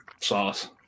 sauce